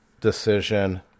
decision